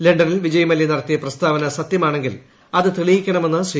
ലണ്ടനിൽ വിജയ് മല്യ നടത്തിയ പ്രസ്താവന സത്യമാണെങ്കിൽ അത് തെളിയിക്കണമെന്ന് ശ്രീ